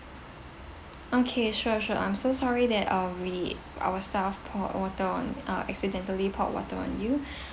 okay sure sure I'm so sorry that uh we our staff poured water on uh accidentally poured water on you